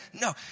No